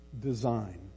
design